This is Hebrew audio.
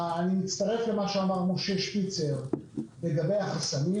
אני מצטרף למה שאמר משה שפיצר לגבי החסמים,